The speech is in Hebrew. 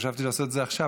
וחשבתי לעשות את זה עכשיו,